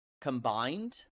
combined